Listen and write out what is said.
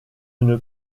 une